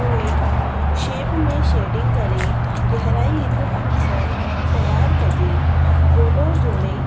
पोइ शेप में शेडिंग करे गहिराई हिक अक्सरि तयारु कजे गोलो जोड़े